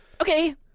Okay